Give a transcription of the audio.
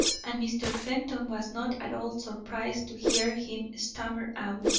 and mr. fenton was not at all surprised to hear him stammer out